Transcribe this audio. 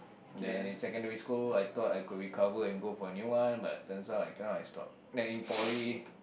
then in secondary school I thought I could recover and go for a new one but turns out I cannot I stop